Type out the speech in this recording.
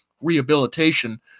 rehabilitation